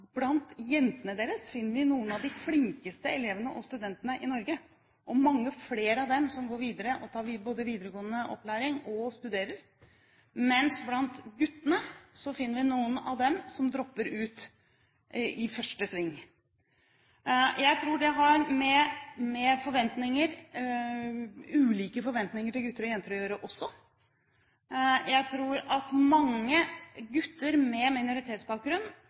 blant jentene deres finner vi noen av de flinkeste elevene og studentene i Norge og mange flere som går videre og tar både videregående opplæring og studerer, mens blant guttene finner vi noen av dem som dropper ut i første sving. Jeg tror det har med ulike forventninger til gutter og jenter å gjøre. Jeg tror at mange gutter med minoritetsbakgrunn